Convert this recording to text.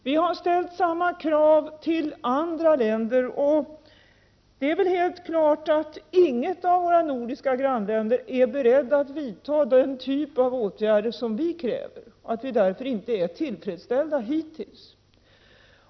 Vi har ställt samma krav till andra länder, och det är helt klart att inget av våra nordiska grannländer är berett att vidta den typ av åtgärder som vi kräver och att vi därför inte är tillfredsställda hittills.